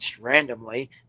randomly